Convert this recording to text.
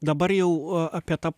dabar jau apie tą